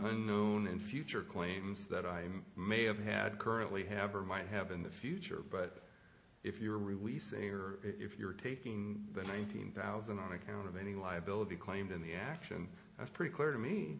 no known and future claims that i may have had currently have or might have in the future but if you are releasing your if you're taking the nineteen thousand on account of any liability claimed in the action of pretty clear to me